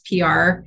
PR